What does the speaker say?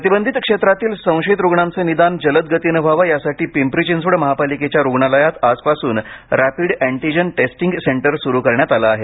प्रतिबंधित क्षेत्रातील संशयित रुग्णांचे निदान जलद गतीने व्हावे यासाठी पिंपरी चिंचवड महापालिकेच्या रुग्णालयात आजपासून रॅपिड अंटिजेन टेस्टिंग सेंटर सुरू करण्यात आलं आहे